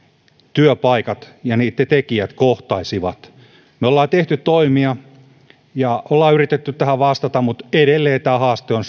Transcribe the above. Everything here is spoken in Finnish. työpaikat ja tekijät kohtaisivat me olemme tehneet toimia ja yrittäneet tähän vastata mutta edelleen tämä haaste on